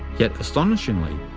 yet astonishingly,